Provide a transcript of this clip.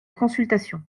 consultation